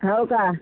हो का